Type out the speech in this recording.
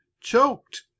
choked